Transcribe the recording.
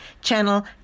Channel